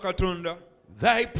thy